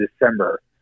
December